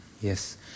Yes